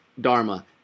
Dharma